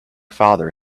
father